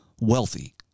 wealthy